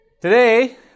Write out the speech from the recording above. Today